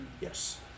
Yes